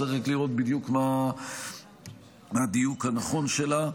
צריך רק לראות בדיוק מה הדיוק הנכון שלה.